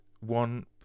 one